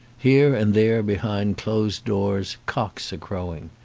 here and there behind closed doors cocks are crowing.